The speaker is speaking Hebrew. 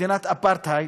מדינת אפרטהייד,